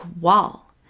wall